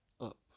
up